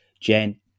Jen